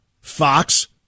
Fox